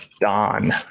Don